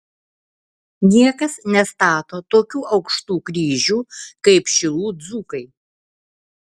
niekas nestato tokių aukštų kryžių kaip šilų dzūkai